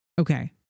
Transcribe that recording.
Okay